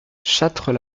châtres